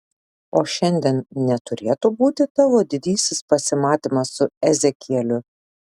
o šiandien neturėtų būti tavo didysis pasimatymas su ezekieliu